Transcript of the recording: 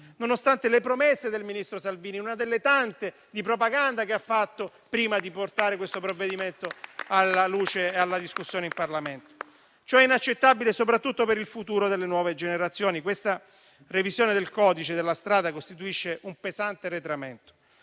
nonostante le promesse del ministro Salvini, una delle tante di propaganda che ha fatto prima di portare questo provvedimento alla luce e alla discussione in Parlamento. Ciò è inaccettabile soprattutto per il futuro delle nuove generazioni. Questa revisione del codice della strada costituisce un pesante arretramento